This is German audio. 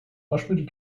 waschmittel